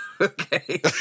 Okay